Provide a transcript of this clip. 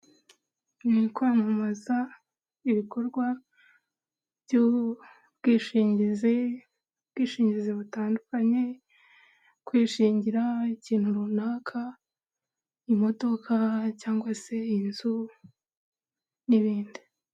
Ni ukwamamaza ibikorwa by'ubwishingizi, ubwishingizi butandukanye; kwishingira ikintu runaka, imodoka cyangwa se inzu n'ibindi.